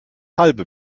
halbe